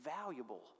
valuable